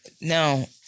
No